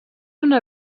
una